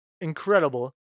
Incredible